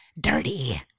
dirty